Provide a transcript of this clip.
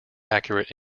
accurate